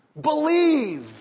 Believe